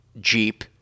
Jeep